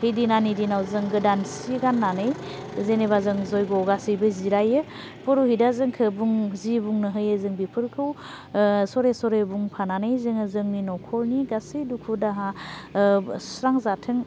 बैदिनानि दिनाव जों गोदान सि गान्नानै जेनेबा जों जयग'आव गासैबो जिरायो पुर'हिटा जोंखौ बुं जि बुंनो होयो जों बेफोरखौ सरे सरे बुंफानानै जोङो जोंनि न'खरनि गासै दुखु दाहा सुस्रांजाथों